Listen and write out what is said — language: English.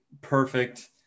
perfect